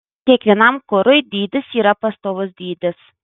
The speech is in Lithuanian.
kiekvienam kurui dydis yra pastovus dydis